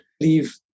leave